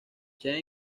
shane